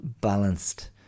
balanced